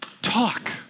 talk